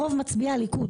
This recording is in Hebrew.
רוב מצביעי הליכוד,